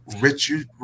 Richard